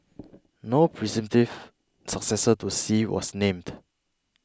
no presentive successor to Xi was named